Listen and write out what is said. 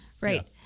Right